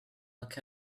look